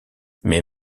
mais